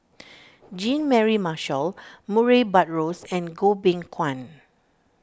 Jean Mary Marshall Murray Buttrose and Goh Beng Kwan